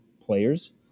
players